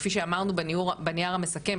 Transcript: כפי שאמרנו בנייר המסכם,